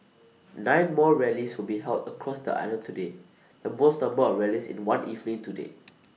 nine more rallies will be held across the island today the most number of rallies in one evening to date